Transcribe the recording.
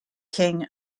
king